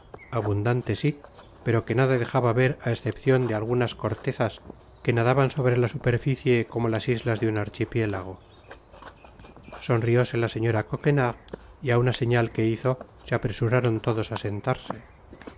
abundante si pero que nada dejaba ver á escepcion de algunas cortezas que nadaban sobre la superficie como las islas de un archipiélago sonrióse la señora coquenard y á una señal que hizo se apresuraron todos á sentarse